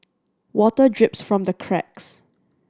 water drips from the cracks